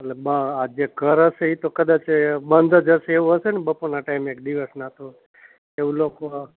મતલબ આ જે ઘર હશે એ તો કદાચ બંધ જ હશે એવું જ હશે ને બપોરના ટાઈમે દિવસના તો એવું લોકો